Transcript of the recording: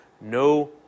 no